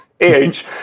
age